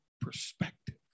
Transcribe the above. perspective